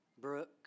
Brooke